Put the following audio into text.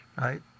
right